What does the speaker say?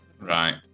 Right